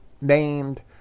named